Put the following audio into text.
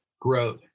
growth